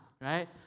right